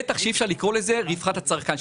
בטח שאי אפשר לקרוא לזה רווחת הצרכן.